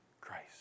Christ